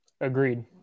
Agreed